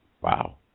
wow